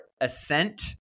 ascent